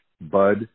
Bud